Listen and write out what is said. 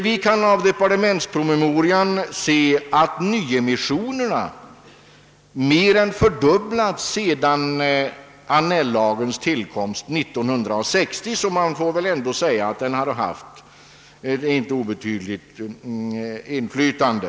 Vi kan av departementspromemorian se att nyemissionerna mer än fördubblats sedan Annell-lagens tillkomst 1960, så man får väl ändå säga att den har haft en inte obetydlig inverkan.